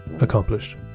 Accomplished